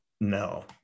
No